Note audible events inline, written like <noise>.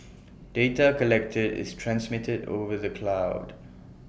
<noise> data collected is transmitted over the cloud